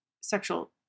sexual